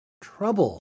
trouble